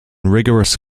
rigorous